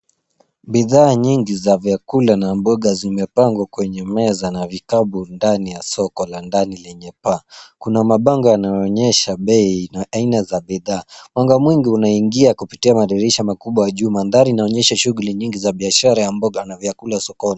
Bidhaa nyingi za vyakula na mboga zimepangwa kwenye meza na vikapu ndani ya soko la ndani lenye paa. Kuna mabango yanayoonyesha bei na aina za bidhaa. Mwanga mwingi unaingia kupitia madirisha makubwa juu. Mandhari inaonyesha shughuli nyingi za biashara ya mboga na vyakula sokoni.